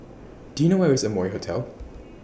Do YOU know Where IS Amoy Hotel